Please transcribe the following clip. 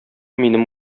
минем